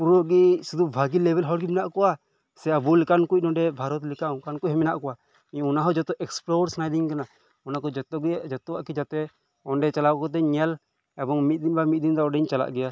ᱯᱩᱨᱟᱹ ᱜᱮ ᱥᱩᱫᱩ ᱵᱷᱟᱜᱤ ᱞᱮᱵᱮᱞ ᱦᱚᱲ ᱜᱮ ᱢᱮᱱᱟᱜ ᱠᱚᱣᱟ ᱥᱮ ᱟᱵᱚ ᱞᱮᱠᱟᱱ ᱠᱚᱭᱤᱡ ᱱᱚᱰᱮ ᱵᱷᱟᱨᱚᱛ ᱞᱮᱠᱟ ᱚᱱᱠᱟᱱ ᱠᱚ ᱦᱚᱸ ᱢᱮᱱᱟᱜ ᱠᱚᱣᱟ ᱤᱧ ᱚᱱᱟ ᱦᱚᱸ ᱡᱷᱚᱛᱚ ᱮᱠᱥᱯᱞᱳᱨ ᱥᱟᱱᱟᱭᱤᱫᱤᱧ ᱠᱟᱱᱟ ᱚᱱᱟ ᱠᱚ ᱡᱷᱚᱛᱜᱮ ᱡᱷᱚᱛᱚᱣᱟᱜ ᱜᱮ ᱡᱟᱛᱮ ᱚᱸᱰᱮ ᱪᱟᱞᱟᱣ ᱠᱟᱛᱮᱫ ᱤᱧ ᱧᱮᱞ ᱮᱵᱚᱝ ᱢᱤᱫ ᱫᱤᱱ ᱵᱟᱝ ᱢᱤᱫ ᱫᱤᱱ ᱫᱚ ᱚᱸᱰᱮᱧ ᱪᱟᱞᱟᱜ ᱜᱮᱭᱟ